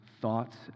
thoughts